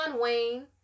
Wayne